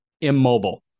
Immobile